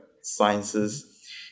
sciences